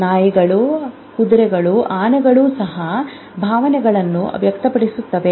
ನಾಯಿಗಳು ಕುದುರೆಗಳು ಆನೆಗಳು ಸಹ ಭಾವನೆಗಳನ್ನು ವ್ಯಕ್ತಪಡಿಸುತ್ತವೆ